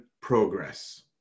progress